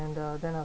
and uh then I